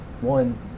one